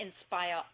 inspire